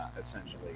essentially